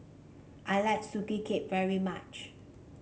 I like Sugee Cake very much